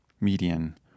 median